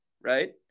right